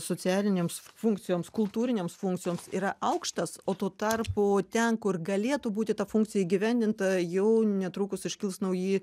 socialinėms funkcijoms kultūrinėms funkcijoms yra aukštas o tuo tarpu ten kur galėtų būti ta funkcija įgyvendinta jau netrukus iškils nauji